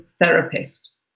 therapist